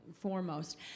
foremost